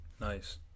Nice